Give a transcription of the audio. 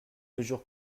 mesure